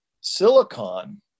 silicon